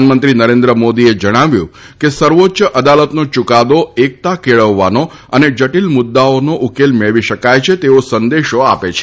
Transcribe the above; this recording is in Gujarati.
પ્રધાનમંત્રી નરેન્દ્ર મોદીએ જણાવ્યું છે કે સર્વોચ્ય અદાલતનો ચૂકાદો એકતા કેળવવાનો અને જટિલ મુદ્દાઓનો ઉકેલ મેળવી શકાય છે તેવો સંદેશો આપે છે